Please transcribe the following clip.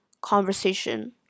conversation